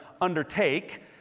undertake